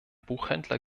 buchhändler